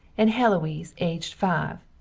and heloise aged five.